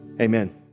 amen